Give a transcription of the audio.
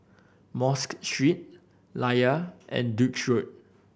Mosque Street Layar and Duke's Road